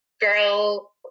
Girl